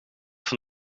van